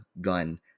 gun